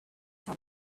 have